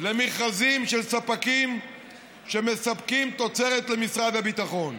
למכרזים של ספקים שמספקים תוצרת למשרד הביטחון.